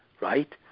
right